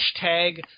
hashtag